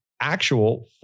actual